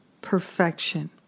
perfection